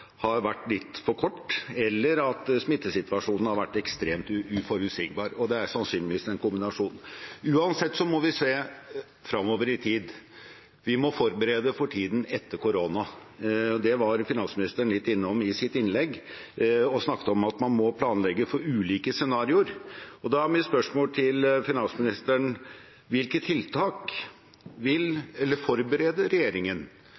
har vært litt for kort, eller at smittesituasjonen har vært ekstremt uforutsigbar. Det er sannsynligvis en kombinasjon. Uansett må vi se fremover i tid. Vi må forberede for tiden etter koronaen. Det var finansministeren litt innom i sitt innlegg da han snakket om at man må planlegge for ulike scenarioer. Da er mitt spørsmål til finansministeren: Hvilke tiltak forbereder regjeringen?